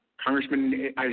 Congressman